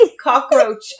cockroach